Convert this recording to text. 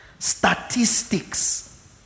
Statistics